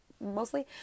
mostly